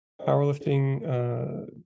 powerlifting